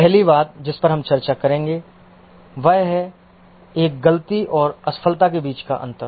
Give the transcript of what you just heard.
पहली बात जिस पर हम चर्चा करेंगे वह है एक गलती और असफलता के बीच का अंतर